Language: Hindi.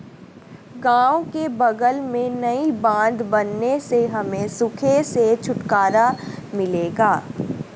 गांव के बगल में नई बांध बनने से हमें सूखे से छुटकारा मिलेगा